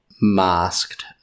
masked